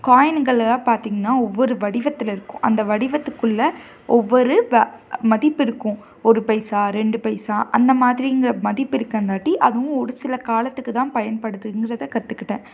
காயின்களெல்லாம் பார்த்திங்கன்னா ஒவ்வொரு வடிவத்தில் இருக்கும் அந்த வடிவத்துக்குள்ளே ஒவ்வொரு மதிப்பு இருக்கும் ஒரு பைசா ரெண்டு பைசா அந்த மாதிரிங்கிற மதிப்பு இருக்கங்காட்டி அதுவும் ஒரு சில காலத்துக்கு தான் பயன்படுதுங்கிறதை கற்றுக்கிட்டேன்